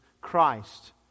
Christ